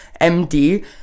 MD